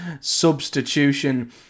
substitution